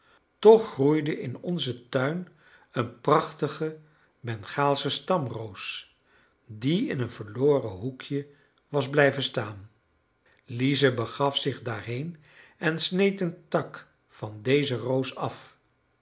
toch groeide in onzen tuin een prachtige bengaalsche stamroos die in een verloren hoekje was blijven staan lize begaf zich daarheen en sneed een tak van deze roos af